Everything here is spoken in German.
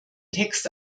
text